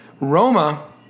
Roma